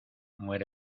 muere